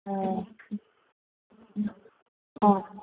ꯑꯣ ꯑꯥ